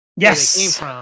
Yes